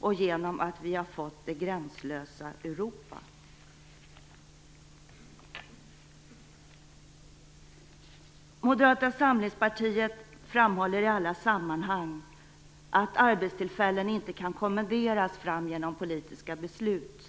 och genom att vi har fått det gränslösa Europa? Moderata samlingspartiet framhåller i alla sammanhang att arbetstillfällen inte kan kommenderas fram genom politiska beslut.